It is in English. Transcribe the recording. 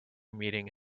meeting